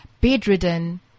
bedridden